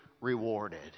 rewarded